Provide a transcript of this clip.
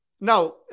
no